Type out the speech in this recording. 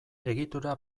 egitura